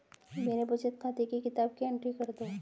मेरे बचत खाते की किताब की एंट्री कर दो?